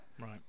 Right